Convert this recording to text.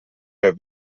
der